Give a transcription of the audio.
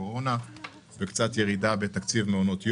קורונה וקצת ירידה בתקציב מעונות יום.